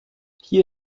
hier